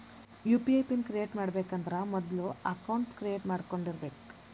UPI PIN create ಮಾಡಬೇಕಂದ್ರ ಮೊದ್ಲ account create ಮಾಡ್ಕೊಂಡಿರಬೆಕ್